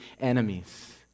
enemies